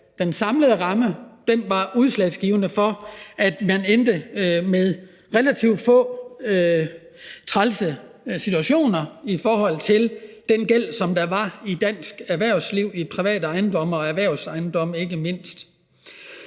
den samlede ramme var udslagsgivende for, at man endte med relativt få trælse situationer i forhold til den gæld, som der var i dansk erhvervsliv, i private ejendomme og erhvervsejendomme ikke mindst.